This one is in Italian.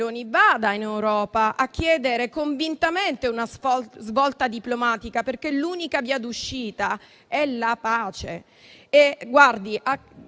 vada in Europa a chiedere convintamente una svolta diplomatica, perché l'unica via d'uscita è la pace.